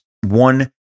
one